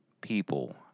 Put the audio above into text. people